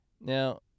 now